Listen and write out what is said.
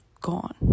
gone